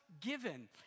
given